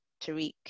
Tariq